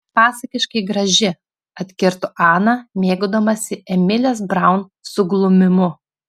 pasakiškai graži atkirto ana mėgaudamasi emilės braun suglumimu